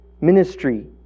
ministry